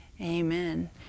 Amen